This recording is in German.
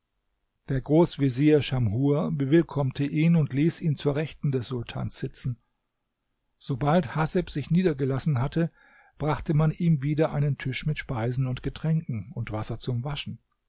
der großvezier schamhur bewillkommte ihn und ließ ihn zur rechten des sultans sitzen sobald haseb sich niedergelassen hatte brachte man ihm wieder einen tisch mit speisen und getränken und wasser zum waschen